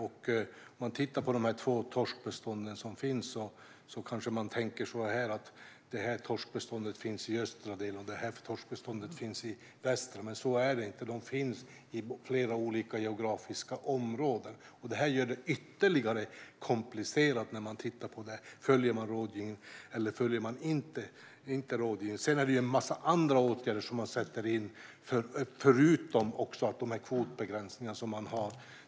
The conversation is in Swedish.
Om man ser på de två torskbestånd som finns tänker man kanske: Det här torskbeståndet finns i den östra delen, och det här torskbeståndet finns i väster. Men så är det inte, utan de finns i flera olika geografiska områden. Detta gör det ytterligare komplicerat när man ska utreda om rådgivningen följs eller inte. Sedan finns en massa andra åtgärder som vidtas förutom kvotbegränsningarna.